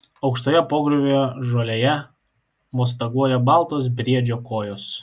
aukštoje pagriovio žolėje mostaguoja baltos briedžio kojos